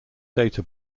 data